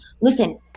listen